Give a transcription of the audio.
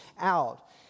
out